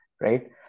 right